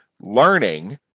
learning